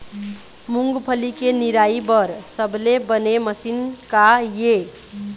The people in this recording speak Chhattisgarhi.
मूंगफली के निराई बर सबले बने मशीन का ये?